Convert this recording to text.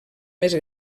més